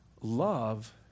love